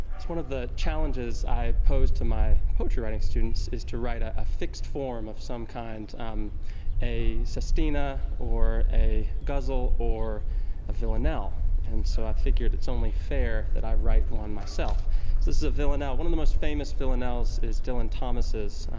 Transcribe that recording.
it's one of the challenges i pose to my poetry writing students is to write a a fixed form of some kind a sestina or a guzzle or a villanelle and so i figured it's only fair that i write one myself. so this is a villanelle, one of the most famous villanelles is dylan thomas's,